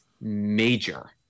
major